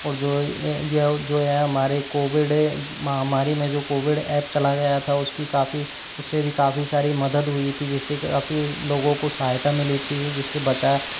और जो यह जो है हमारे कोविड महामारी में जो कोविड ऐप चला गया था उसकी काफ़ी उससे भी काफ़ी सारी मदद हुई थी जिससे काफ़ी लोगों को सहायता मिली थी जिससे बचा